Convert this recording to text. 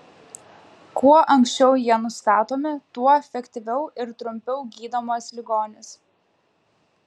kuo anksčiau jie nustatomi tuo efektyviau ir trumpiau gydomas ligonis